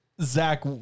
Zach